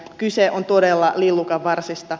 kyse on todella lillukanvarsista